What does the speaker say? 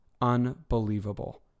unbelievable